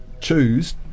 choose